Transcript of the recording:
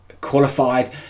qualified